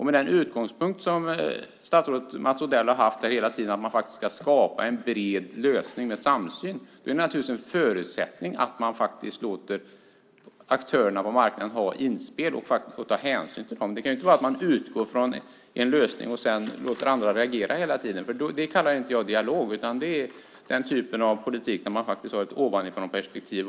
Med den utgångspunkt som statsrådet Odell hela tiden har haft, att vi faktiskt ska skapa en bred lösning med samsyn, är det naturligtvis en förutsättning att vi låter aktörerna på marknaden göra inspel och tar hänsyn till dem. Det kan inte vara så att vi utgår från en lösning och sedan låter andra reagera hela tiden. Det kallar jag inte dialog. Det är den typ av politik där man faktiskt har ett ovanifrånperspektiv.